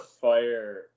fire